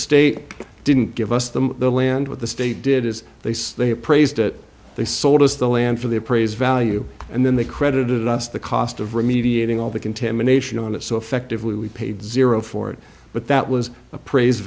state didn't give us the land with the state did as they say they appraised it they sold us the land for the appraised value and then they credited us the cost of remediating all the contamination on it so effectively we paid zero for it but that was appraised